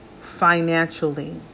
financially